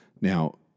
Now